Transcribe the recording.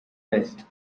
west